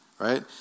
right